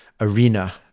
arena